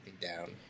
down